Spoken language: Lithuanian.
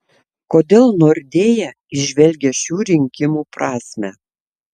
kodėl nordea įžvelgia šių rinkimų prasmę